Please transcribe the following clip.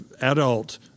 adult